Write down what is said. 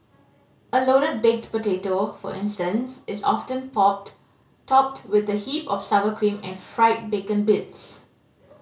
a loaded baked potato for instance is often topped popped with a heap of sour cream and fried bacon bits